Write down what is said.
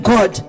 God